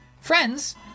friends